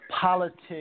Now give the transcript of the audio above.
politics